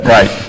Right